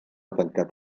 tancat